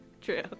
True